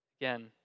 Again